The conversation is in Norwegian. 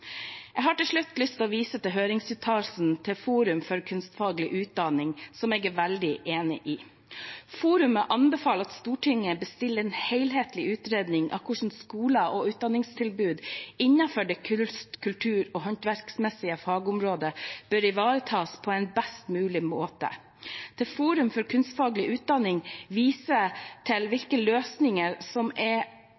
Jeg har til slutt lyst til å vise til høringsuttalelsen fra Forum for kunstfaglig utdanning, som jeg er veldig enig i. Forumet anbefaler at Stortinget bestiller en helhetlig utredning av hvordan skoler og utdanningstilbud innenfor det kunst-, kultur- og håndverksmessige fagområdet bør ivaretas på en best mulig måte. Forum for kunstfaglig utdanning viser til